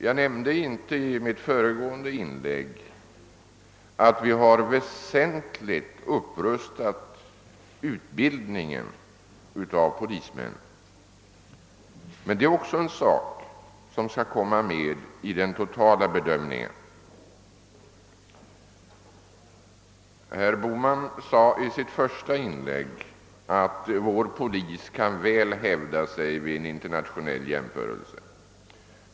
Jag nämnde inte i mitt föregående inlägg att vi väsentligt har upprustat utbildningen av polismän, men det är också något som skall tas med i den totala bedömningen. Herr Bohman sade i sitt första inlägg att vår polis väl kan hävda sig vid en internationell jämförelse.